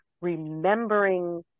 remembering